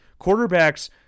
Quarterbacks